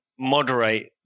Moderate